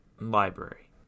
Library